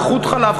איכות חלב,